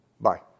bye